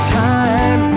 time